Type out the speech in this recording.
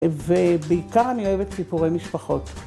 ובעיקר אני אוהבת סיפורי משפחות.